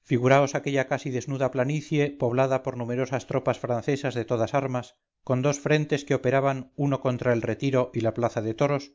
figuraos aquella casi desnuda planicie poblada por numerosas tropas francesas de todas armas con dos frentes que operaban uno contra el retiro y la plaza de toros